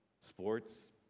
sports